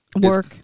Work